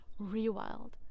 rewild